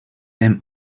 them